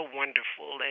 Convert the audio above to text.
wonderful